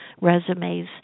resumes